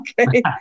okay